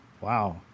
Wow